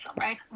right